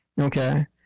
Okay